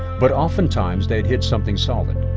but, oftentimes, they'd hit something solid.